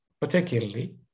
particularly